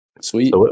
Sweet